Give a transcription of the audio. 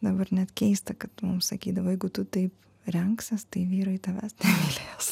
dabar net keista kad mums sakydavo jeigu tu taip rengsies tai vyrai tavęs nemylės